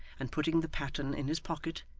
and putting the pattern in his pocket,